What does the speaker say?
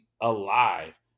alive